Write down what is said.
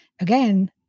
again